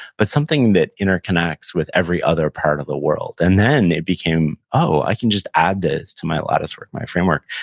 but something that interconnects with every other part of a world and then, it became, oh, i can just add this to my latticework, my framework,